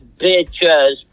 bitches